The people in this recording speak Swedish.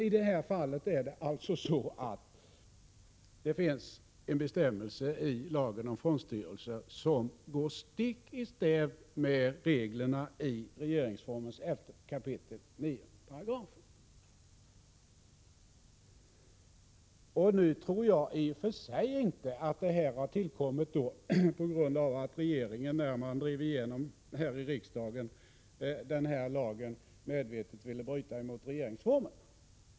I det här fallet finns det alltså en bestämmelse i lagen om fondstyrelser som går stick i stäv mot reglerna i regeringsformens 11 kap. 9 §. Nu tror jag inte att regeringen när den i riksdagen drev igenom lagen i och för sig medvetet ville bryta mot regeringsformen.